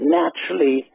naturally